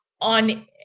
on